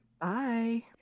bye